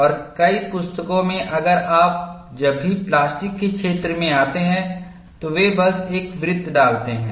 और कई पुस्तकों में अगर आप जब भी प्लास्टिक के क्षेत्र में आते हैं तो वे बस एक वृत्त डालते हैं